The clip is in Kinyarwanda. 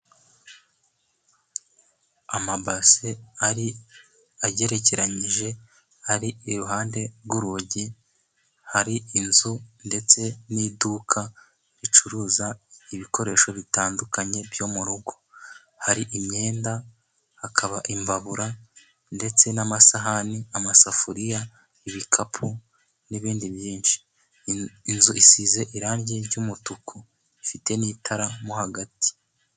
Amabase agerekeranyije, ari iruhande rw'urugi, hari inzu ndetse n'iduka, ricuruza ibikoresho bitandukanye, byo mu rugo, hari imyenda, hakaba imbabura, ndetse n'amasahani, amasafuriya, ibikapu n'ibindi byinshi, inzu isize irangi ry'umutuku ifite n'itara mo hagati.